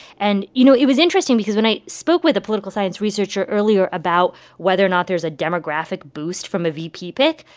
and, you know, it was interesting because when i spoke with a political science researcher earlier about whether or not there's a demographic boost from a vp pick,